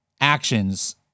actions